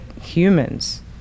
humans